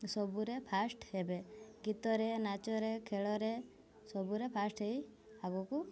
ସବୁରେ ଫାଷ୍ଟ ହେବେ ଗୀତରେ ନାଚରେ ଖେଳରେ ସବୁରେ ଫାଷ୍ଟ ହେଇ ଆଗକୁ